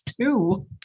two